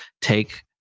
take